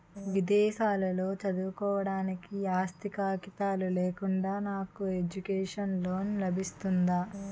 విదేశాలలో చదువుకోవడానికి ఆస్తి కాగితాలు లేకుండా నాకు ఎడ్యుకేషన్ లోన్ లబిస్తుందా?